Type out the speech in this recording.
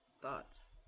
thoughts